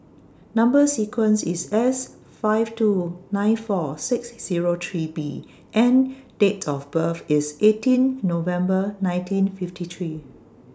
Number sequence IS S five two nine four six Zero three B and Date of birth IS eighteen November nineteen fifty three